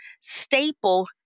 staple